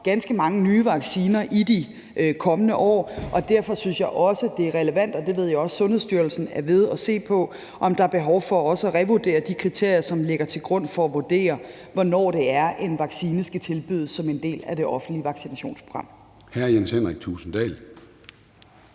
ganske mange nye vacciner i de kommende år, og derfor synes jeg også, det er relevant at se på, og det ved jeg også Sundhedsstyrelsen er ved at se på, altså om der er behov for også at revurdere de kriterier, som ligger til grund for at vurdere, hvornår det er, en vaccine skal tilbydes som en del af det offentlige vaccinationsprogram. Kl. 10:28 Formanden